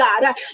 God